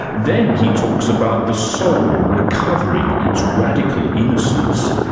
then he talks about the soul recovering its radical innocence,